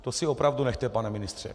To si opravdu nechte, pane ministře.